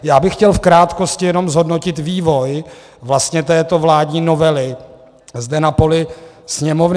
Já bych chtěl v krátkosti jenom zhodnotit vývoj této vládní novely zde na poli Sněmovny.